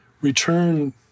return